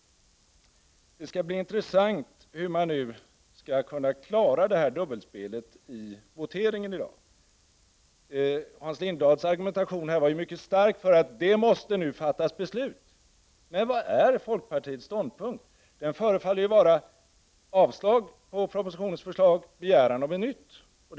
Det skall bli intressant att se hur man nu skall kunna klara detta dubbelspel i voteringen i dag. Hans Lindblads argumentation för att beslut måste fattas nu var ju mycket stark. Men vilken är folkpartiets ståndpunkt? Den förefaller vara avslag på 45 propositionens förslag och begäran om ett nytt förslag.